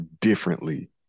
differently